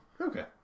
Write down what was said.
Okay